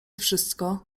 wszystko